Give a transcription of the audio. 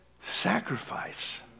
sacrifice